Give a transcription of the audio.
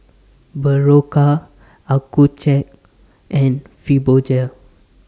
Berocca Accucheck and Fibogel